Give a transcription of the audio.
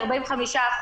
45%,